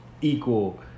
equal